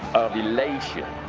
of elation.